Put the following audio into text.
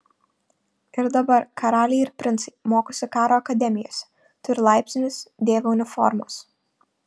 ir dabar karaliai ir princai mokosi karo akademijose turi laipsnius dėvi uniformas